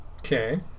Okay